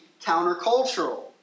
countercultural